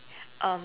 um